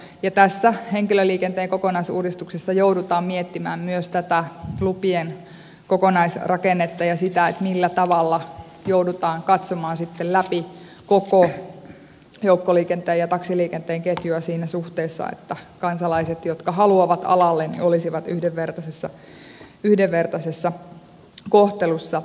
tässä henkilöliikenteen kokonaisuudistuksessa joudutaan miettimään myös tätä lupien kokonaisrakennetta ja sitä millä tavalla joudutaan katsomaan sitten läpi koko joukkoliikenteen ja taksiliikenteen ketjua siinä suhteessa että kansalaiset jotka haluavat alalle olisivat yhdenvertaisessa kohtelussa